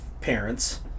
parents